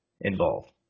involved